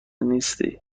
نیستی